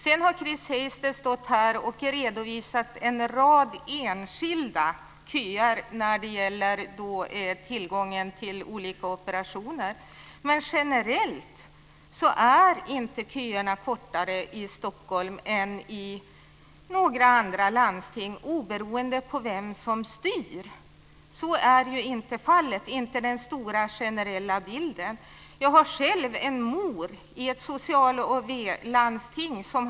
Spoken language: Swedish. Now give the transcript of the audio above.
Sedan har Chris Heister stått här och redovisat en rad enskilda köer till olika operationer. Men generellt är köerna inte kortare i Stockholm än i andra landsting oberoende av vem som styr. Så är inte fallet, inte när det gäller den stora generella bilden. Jag har själv en mor i ett landsting som är styrt av socialdemokrater och vänsterpartister.